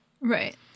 Right